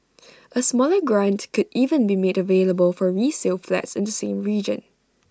A smaller grant could even be made available for resale flats in the same region